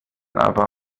aber